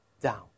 down